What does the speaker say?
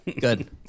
good